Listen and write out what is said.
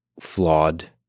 flawed